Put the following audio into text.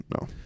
no